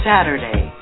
Saturday